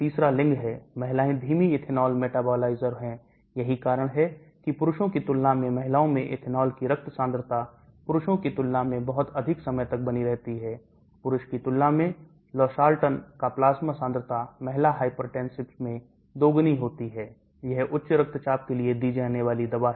तीसरा लिंग है महिलाएं धीमी ethanol metabolizer हैं यही कारण है कि पुरुषों की तुलना में महिलाओं में ethanol की रक्त सांद्रता पुरुषों की तुलना में बहुत अधिक समय तक बनी रहती है पुरुष की तुलना में Losartan का प्लाज्मा सांद्रता महिला hypertensive में दोगुनी होती है यह उच्च रक्तचाप के लिए दी जाने वाली दवा है